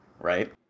right